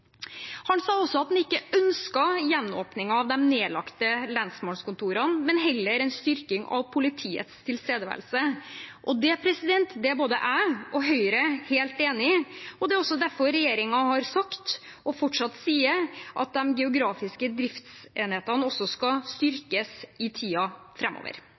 Han sa også at han ikke ønsket gjenåpning av de nedlagte lensmannskontorene, men heller en styrking av politiets tilstedeværelse. Det er både jeg og Høyre helt enig i, og det er også derfor regjeringen har sagt og fortsatt sier at de geografiske driftsenhetene skal styrkes i